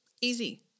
Easy